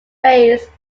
base